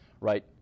right